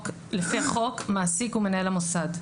לפי החוק, מעסיק הוא מנהל המוסד.